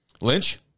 Lynch